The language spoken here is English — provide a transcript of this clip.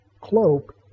cloak